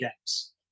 games